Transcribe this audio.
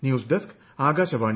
news desk Akashvani